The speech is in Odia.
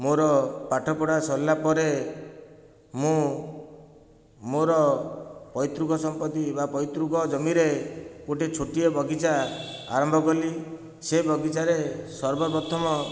ମୋର ପାଠପଢ଼ା ସରିଲାପରେ ମୁଁ ମୋର ପୈତୃକ ସମ୍ପତି ବା ପୈତୃକ ଜମିରେ ଗୋଟିଏ ଛୋଟିଆ ବଗିଚା ଆରମ୍ଭ କଲି ସେ ବଗିଚାରେ ସର୍ବ ପ୍ରଥମ